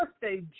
birthday